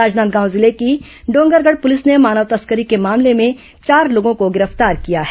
राजनांदगांव जिले की डोंगरगढ़ पुलिस ने मानव तस्करी के मामले में चार लोगों को गिरफ्तार किया है